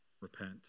repent